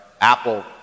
Apple